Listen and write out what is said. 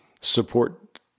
support